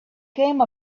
came